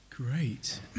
Great